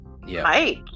Mike